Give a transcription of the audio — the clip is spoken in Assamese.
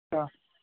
অঁ